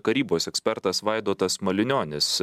karybos ekspertas vaidotas malinionis